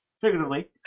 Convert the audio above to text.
figuratively